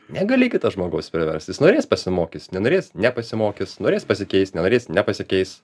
negali kito žmogaus priverst jis norės pasimokys nenorės nepasimokys norės pasikeis nenorės nepasikeis